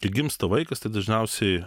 kai gimsta vaikas tai dažniausiai